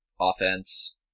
offense